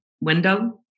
window